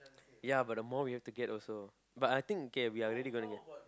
ya but the more we have to get also but I think K we are really gonna get